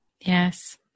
Yes